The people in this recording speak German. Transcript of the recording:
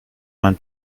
mein